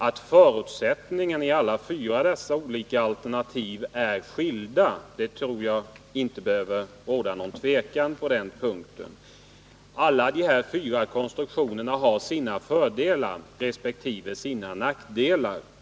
Att förutsättningarna i de fyra altetnativen är skilda tror jag inte att det behöver råda någon tvekan om. Alla de här fyra konstruktionerna har sina fördelar resp. sina nackdelar.